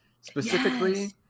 Specifically –